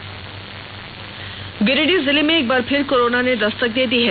Giridih corona Giridih जिले में एक बार फिर कोरोना ने दस्तक दे दी है